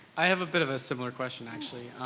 i have a bit of a similar question, actually.